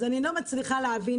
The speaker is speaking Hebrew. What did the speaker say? אני לא מצליחה להבין.